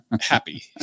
happy